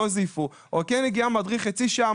לא זייפו או כן הגיע מדריך חצי שעה,